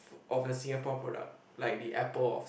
of a Singapore product like the apple of